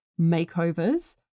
makeovers